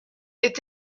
est